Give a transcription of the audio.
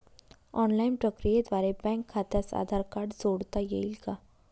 Online प्रक्रियेद्वारे bank खात्यास Aadhaar card जोडता येईल का?